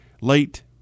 late